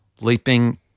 leaping